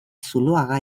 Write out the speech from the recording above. zuloaga